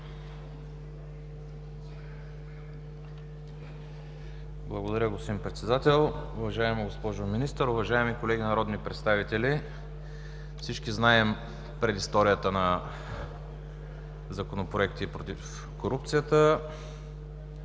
Благодаря, господин Председател. Уважаема госпожо Министър, уважаеми колеги народни представители! Всички знаем предисторията на Законопроекта против корупцията